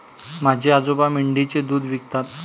माझे आजोबा मेंढीचे दूध विकतात